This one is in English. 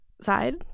side